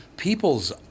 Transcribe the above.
People's